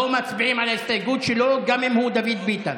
לא מצביעים על ההסתייגות שלו, גם אם הוא דוד ביטן.